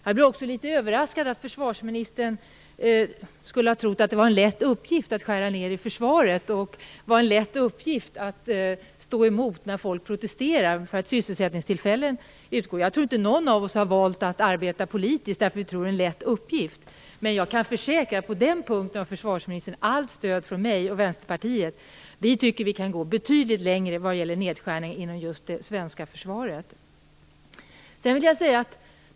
Jag blir också litet överraskad av att försvarsministern skulle ha trott att det var en lätt uppgift att skära ned i försvaret och en lätt uppgift att stå emot när folk protesterar för att sysselsättningstillfällen utgår. Jag tror inte att någon av oss har valt att arbeta politiskt därför att vi trott att det är en lätt uppgift. Men jag kan försäkra att på den punkten har försvarsministern allt stöd från mig och Vänsterpartiet. Vi tycker att vi kan gå betydligt längre vad gäller nedskärning inom just det svenska försvaret.